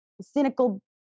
cynical